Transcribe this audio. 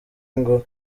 ngo